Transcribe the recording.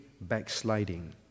backsliding